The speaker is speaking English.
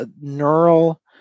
Neural